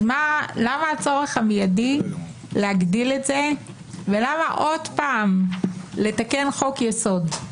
מה הצורך המידי להגדיל את זה ולמה עוד פעם לתקן חוק-יסוד?